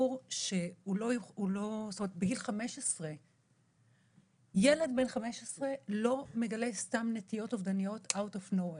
זאת אומרת ילד בן 15 לא מגלה סתם נטיות אובדניות out of nowhere,